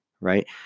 right